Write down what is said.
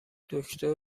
دکتر